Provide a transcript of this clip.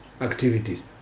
Activities